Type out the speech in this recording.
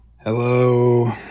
Hello